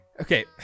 Okay